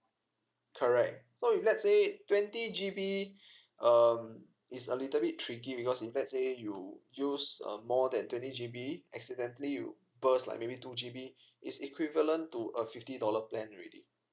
correct so if let's say twenty G_B um it's a little bit tricky because if let's say you use um more than twenty G_B accidentally you burst like maybe two G_B it's equivalent to a fifty dollar plan already